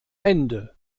ende